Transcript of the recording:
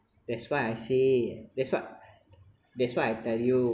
that's why I say that's what that's why I tell you